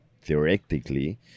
theoretically